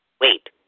Wait